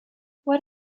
what